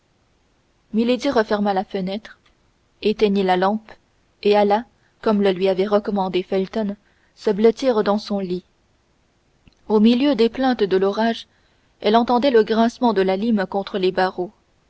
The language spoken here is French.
referma la fenêtre éteignit la lampe et alla comme le lui avait recommandé felton se blottir dans son lit au milieu des plaintes de l'orage elle entendait le grincement de la lime contre les barreaux